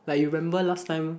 like you remember last time